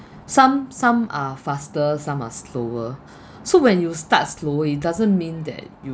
some some are faster some are slower so when you start slower it doesn't mean that